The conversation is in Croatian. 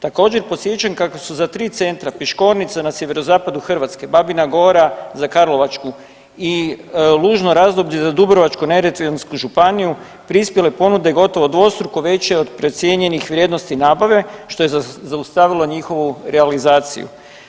Također podsjećam kako su za tri centra Piškornica na Sjeverozapadu Hrvatske, Babina gora za Karlovačku i Lužno razdoblje za Dubrovačko-neretvansku županiju prispjele ponude gotovo dvostruko veće od procijenjenih vrijednosti nabave što je zaustavilo njihovu realizaciju.